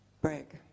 break